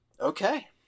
Okay